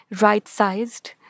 right-sized